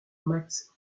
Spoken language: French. max